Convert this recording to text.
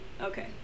Okay